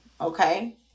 okay